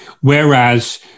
whereas